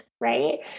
right